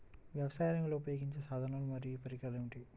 వ్యవసాయరంగంలో ఉపయోగించే సాధనాలు మరియు పరికరాలు ఏమిటీ?